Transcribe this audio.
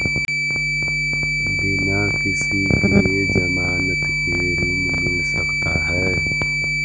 बिना किसी के ज़मानत के ऋण मिल सकता है?